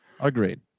Agreed